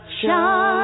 shine